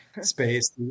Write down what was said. space